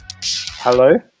Hello